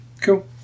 Cool